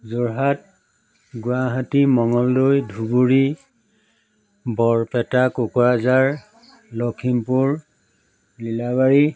Jorhat Guwahati Mangaldoi Dhubri Barpeta Kokrajhar Lakhimpur Nilabari